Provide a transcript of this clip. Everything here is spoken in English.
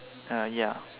uh ya